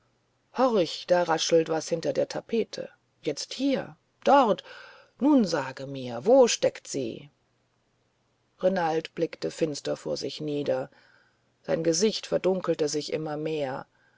horch da raschelt was hinter der tapete jetzt hier dort nun sage mir wo steckt sie renald blickte finster vor sich nieder sein gesicht verdunkelte sich immer mehr